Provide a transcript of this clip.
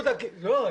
לא.